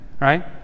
right